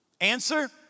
Answer